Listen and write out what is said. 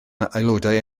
aelodau